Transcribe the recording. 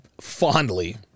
fondly